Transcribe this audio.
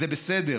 זה בסדר.